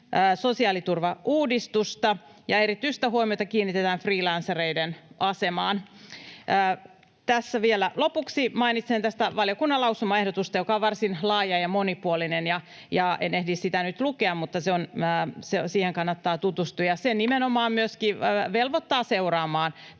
sosiaaliturvauudistusta. Ja erityistä huomiota kiinnitetään freelancereiden asemaan. Tässä vielä lopuksi mainitsen tästä valiokunnan lausumaehdotuksesta, joka on varsin laaja ja monipuolinen, ja en ehdi sitä nyt lukea, mutta siihen kannattaa tutustua, ja se nimenomaan myöskin velvoittaa seuraamaan